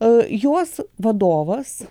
o jos vadovas